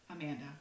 Amanda